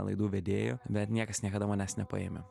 laidų vedėju bet niekas niekada manęs nepaėmė